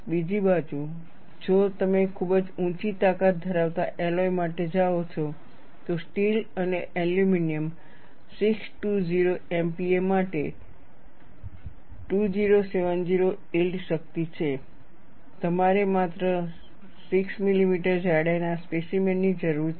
બીજી બાજુ જો તમે ખૂબ જ ઊંચી તાકાત ધરાવતા એલોય માટે જાઓ છો તો સ્ટીલ અને એલ્યુમિનિયમ 620 MPa માટે 2070 યીલ્ડ શક્તિ છે તમારે માત્ર 6 મિલીમીટર જાડાઈના સ્પેસીમેન ની જરૂર છે